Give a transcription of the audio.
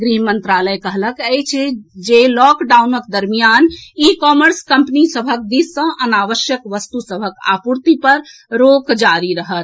गृह मंत्रालय कहलक अछि जे लॉकडाउनक दरमियान ई कॉमर्स कम्पनी सभक दिस सँ अनावश्यक वस्तु सभक आपूर्ति पर रोक जारी रहत